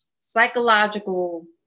psychological